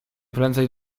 prędzej